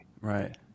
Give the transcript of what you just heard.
right